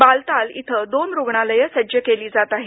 बालताल इथं दोन रुग्णालयं सज्ज केली जात आहेत